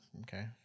okay